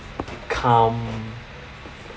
calm